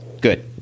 Good